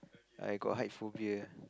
I got height phobia